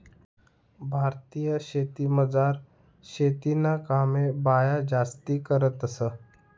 भारतीय शेतीमझार शेतीना कामे बाया जास्ती करतंस